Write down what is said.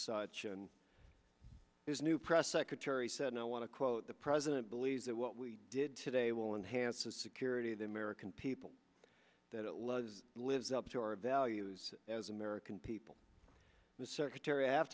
such and is new press secretary said i want to quote the president believes that what we did today will enhance the security of the american people that love lives up to our values as american people the secretary